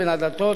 בין הדתות,